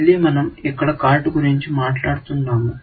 మళ్ళీ మనం ఇక్కడ కార్డు గురించి మాట్లాడుతున్నాము